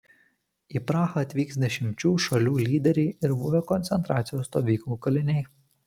į prahą atvyks dešimčių šalių lyderiai ir buvę koncentracijos stovyklų kaliniai